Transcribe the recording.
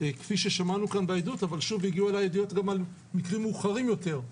כפי ששמענו בעדות אבל הגיעו אליי ידיעות גם על מקרים מאוחרים יותר.